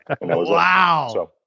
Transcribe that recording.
Wow